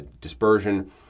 dispersion